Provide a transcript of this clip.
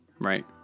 right